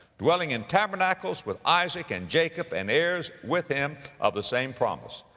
dwelling in tabernacles with isaac and jacob, and heirs with him of the same promise.